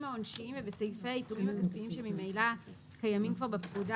העונשיים ובסעיפי עיצומים הכספיים שממילא קיימים כבר בפקודה